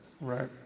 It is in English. Right